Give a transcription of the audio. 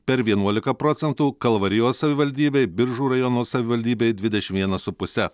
per vienuolika procentų kalvarijos savivaldybei biržų rajono savivaldybei dvidešimt vienas su puse